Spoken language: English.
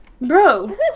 bro